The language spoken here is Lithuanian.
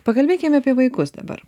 pakalbėkime apie vaikus dabar